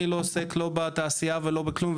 אני לא עוסק לא בתעשייה ולא בכלום,